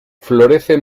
florece